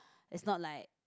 it's not like